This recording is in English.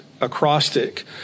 acrostic